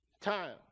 time